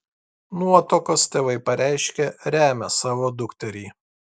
nuotakos tėvai pareiškė remią savo dukterį